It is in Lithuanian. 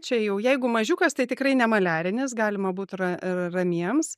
čia jau jeigu mažiukas tai tikrai ne maliarinis galima būt ra ramiems